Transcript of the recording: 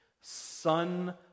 son